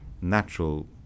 Natural